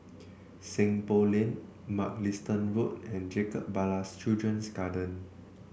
Seng Poh Lane Mugliston Road and Jacob Ballas Children's Garden